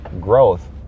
Growth